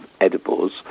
edibles